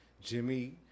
Jimmy